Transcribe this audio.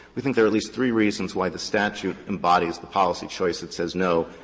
we think there are at least three reasons why the statute embodies the policy choice that says no,